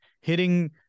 hitting